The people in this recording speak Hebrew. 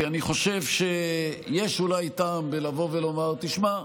כי אני חושב שיש אולי טעם לבוא ולומר: תשמעו,